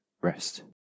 rest